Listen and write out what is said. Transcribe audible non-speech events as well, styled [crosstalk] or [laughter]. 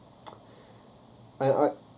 [noise] I I